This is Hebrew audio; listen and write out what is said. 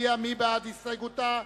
קבוצת סיעת האיחוד הלאומי,